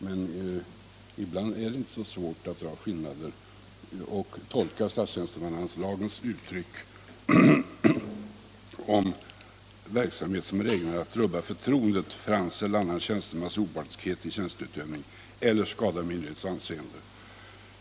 Men ibland är det inte så svårt att se skillnaden och tolka tjänstemannalagens uttryck om verksamhet som är ägnad att rubba förtroendet för tjänstemans opartiskhet i tjänsteutövning eller skada myndighets anseende.